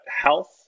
health